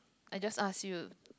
I just ask you